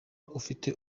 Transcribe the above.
ufite